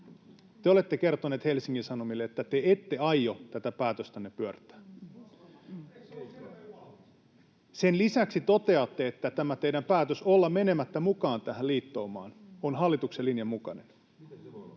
Te olette kertonut Helsingin Sanomille, että te ette aio tätä päätöstänne pyörtää. [Jani Mäkelä: Eikö se ollut selvä jo valmiiksi?] Sen lisäksi toteatte, että tämä teidän päätöksenne olla menemättä mukaan tähän liittoumaan on hallituksen linjan mukainen.